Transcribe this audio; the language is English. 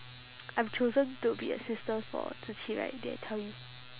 I'm chosen to be assistant for zi qi right did I tell you